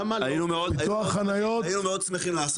היינו מאוד שמחים.